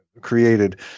created